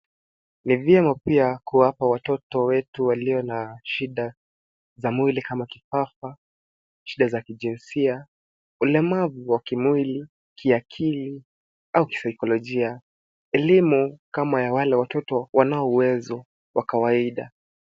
Ni vyema pia kuwapa watoto wetu waliyo na shida za mwili kama kifafa, shida za kijinsia, ulemavu wa kimwili, kiakili au kisaikolojia, elimu kama ya wale watoto wanao uwezo wa kawaida.